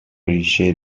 ریشه